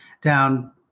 down